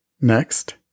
next